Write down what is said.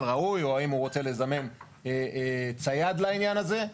ראוי או האם הוא רוצה לזמן צייד לעניין הזה,